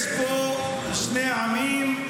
יש פה שני עמים,